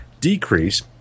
decrease